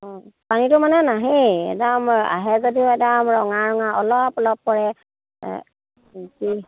অঁ পানীটো মানে নাহেই একদম আহে যদিও একদম ৰঙা ৰঙা অলপ অলপ পৰে